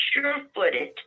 sure-footed